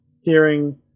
hearing